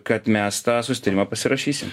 kad mes tą susitarimą pasirašysim